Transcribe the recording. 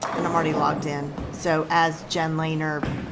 and i'm already logged in so as jen lehner,